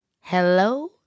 Hello